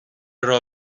راه